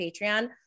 Patreon